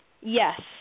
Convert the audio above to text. Yes